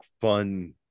fun